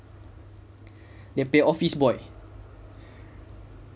dia punya office boy